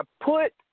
put